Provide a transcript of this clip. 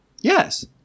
Yes